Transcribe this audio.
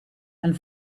and